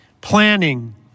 Planning